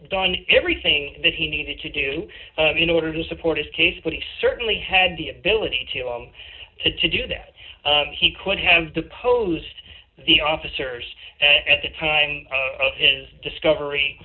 done everything that he needed to do in order to support his case but he certainly had the ability to go on to do that he could have deposed the officers at the time of his discovery